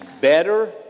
better